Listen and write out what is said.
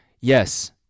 yes